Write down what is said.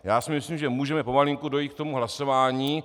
Já si myslím, že můžeme pomalinku dojít k tomu hlasování.